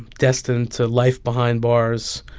destined to life behind bars